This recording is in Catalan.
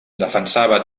defensava